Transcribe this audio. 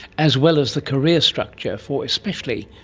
as well as the career structure for, especially,